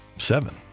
Seven